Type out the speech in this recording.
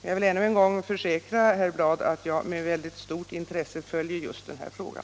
Jag vill än en gång försäkra herr Bladh att jag med mycket stort intresse följer just den här frågan.